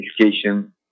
education